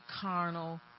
carnal